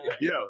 Yo